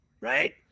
right